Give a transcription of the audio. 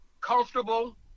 comfortable